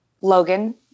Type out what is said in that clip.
Logan